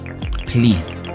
please